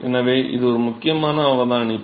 எனவே இது ஒரு முக்கியமான அவதானிப்பு